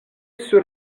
sur